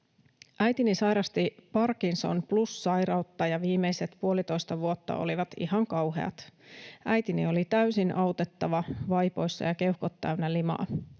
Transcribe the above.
”Äitini sairasti Parkinson plus ‑sairautta, ja viimeiset puolitoista vuotta olivat ihan kauheat. Äitini oli täysin autettava, vaipoissa, ja keuhkot täynnä limaa.